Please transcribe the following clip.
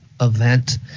event